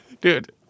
Dude